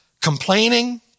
Complaining